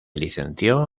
licenció